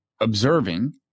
observing